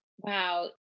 wow